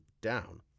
down